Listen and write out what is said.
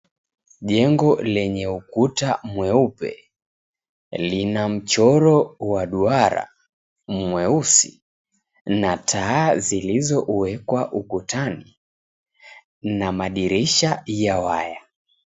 Jengo lenye ukuta mweupe, lina mchoro wa duara mweusi na taa zilizowekwa ukutani na madirisha ya waya.